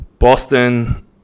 Boston